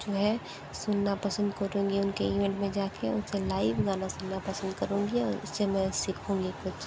जो है सुनना पसंद करूँगी इवेंट में जाके उनसे लाइव गाना सुनना पसंद करूँगी और उससे मैं सीखूँगी कुछ